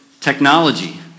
Technology